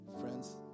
Friends